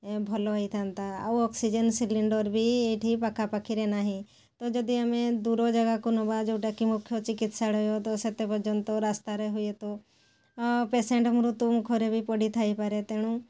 ଭଲ ହୋଇଥାନ୍ତା ଆଉ ଅକ୍ସିଜେନ୍ ସିଲିଣ୍ଡର୍ ବି ଏଠି ପାଖାପାଖିରେ ନାହିଁ ତ ଯଦି ଆମେ ଦୂର ଯାଗାକୁ ନେବା ଯେଉଁଟା କି ମୁଖ୍ୟ ଚିକିତ୍ସାଳୟ ସେତେ ପର୍ଯ୍ୟନ୍ତ ରାସ୍ତାରେ ହୁଏତ ପେସେଣ୍ଟ ମୃତ୍ୟୁ ମୁଖରେ ବି ପଡ଼ିଥାଇ ପାରେ ତେଣୁ